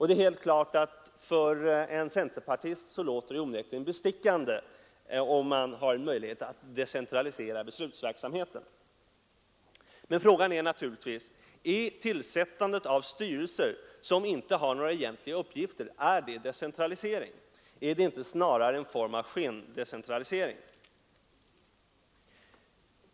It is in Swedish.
Det är helt klart att det för en centerpartist låter bestickande om man har möjlighet att decentralisera beslutsverksamheten. Men frågan är naturligtvis: Tillsättandet av styrelser som inte har några egentliga uppgifter, är det decentralisering? Är det inte snarare en form av skendecentralisering?